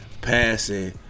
passing